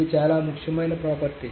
ఇది చాలా ముఖ్యమైన ప్రాపర్టీ